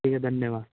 ठीक है धन्यवाद